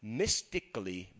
mystically